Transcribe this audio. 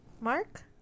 mark